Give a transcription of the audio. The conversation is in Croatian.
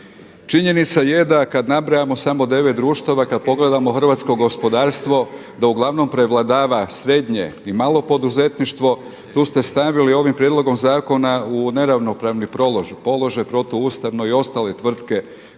Činjenica je da kad nabrajamo samo 9 društava, kad pogledamo hrvatsko gospodarstvo, da uglavnom prevladava srednje i malo poduzetništvo. Tu ste stavili ovim prijedlogom zakona u neravnopravni položaj protu ustavno i ostale tvrtke